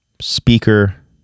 speaker